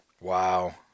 wow